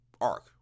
arc